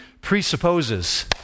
presupposes